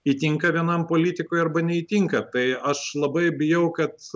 įtinka vienam politikui arba neįtinka tai aš labai bijau kad